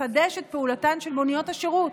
לחדש את פעולתן של מוניות השירות,